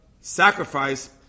sacrifice